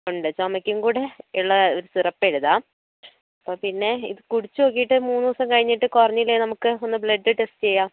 ഉണ്ട് ചുമക്കും കൂടെ ഉള്ള സിറപ്പ് എഴുതാം പിന്നെ കുടിച്ച് നോക്കിയിട്ട് മൂന്ന് ദിവസം കഴിഞ്ഞിട്ട് കുറഞ്ഞില്ലേൽ നമുക്ക് ഒന്ന് ബ്ലഡ് ടെസ്റ്റ് ചെയ്യാം